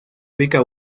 ubica